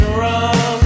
run